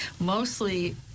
mostly